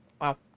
Wow